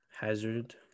Hazard